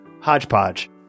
hodgepodge